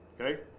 okay